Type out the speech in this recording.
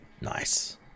nice